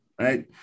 right